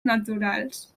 naturals